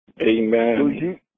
Amen